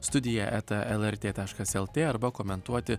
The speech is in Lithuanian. studija eta lrt taškas lt arba komentuoti